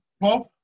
Bob